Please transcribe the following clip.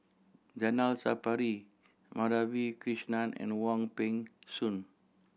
Zainal Sapari Madhavi Krishnan and Wong Peng Soon